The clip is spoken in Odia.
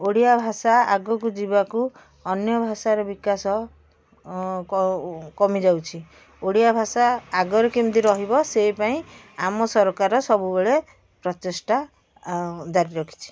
ଓଡ଼ିଆ ଭାଷା ଆଗକୁ ଯିବାକୁ ଅନ୍ୟ ଭାଷାର ବିକାଶ କମିଯାଉଛି ଓଡ଼ିଆ ଭାଷା ଆଗରେ କେମିତି ରହିବ ସେ ପାଇଁ ଆମ ସରକାର ସବୁବେଳେ ପ୍ରଚେଷ୍ଟା ଜାରି ରଖିଛି